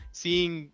seeing